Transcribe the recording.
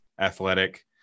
athletic